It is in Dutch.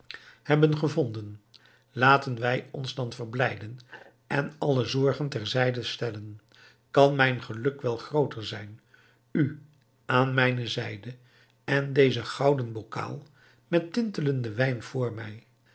hebben gevonden laten wij ons dan verblijden en alle zorgen ter zijde stellen kan mijn geluk wel grooter zijn u aan mijne zijde en deze gouden bokaal met tintelenden wijn voor mij